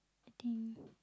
eighteen